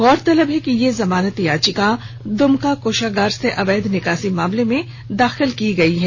गौरतलब है कि यह जमानत याचिका दुमका कोषागार से अवैध निकासी मामले में दाखिल की गई है